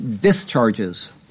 Discharges